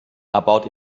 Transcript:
about